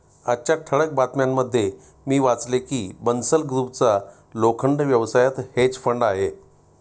आजच्या ठळक बातम्यांमध्ये मी वाचले की बन्सल ग्रुपचा लोखंड व्यवसायात हेज फंड आहे